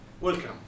Welcome